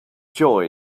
joy